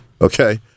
Okay